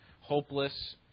hopeless